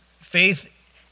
faith